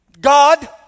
God